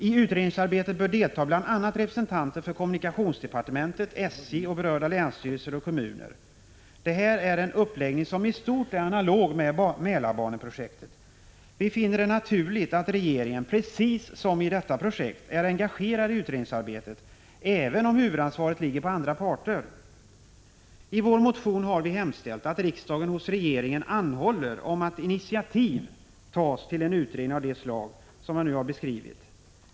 I utredningsarbetet bör delta bl.a. representanter för kommunikationsdepartementet, SJ och berörda länsstyrelser och kommuner. Det här är en uppläggning som i stort är analog med Mälarbaneprojektet. Vi finner det naturligt att regeringen precis som i nämnda projekt är engagerad i utredningsarbetet även om huvudansvaret ligger på andra parter. I vår motion har vi hemställt att riksdagen anhåller att regeringen tar initiativ till en utredning av det slag som jag nu har beskrivit.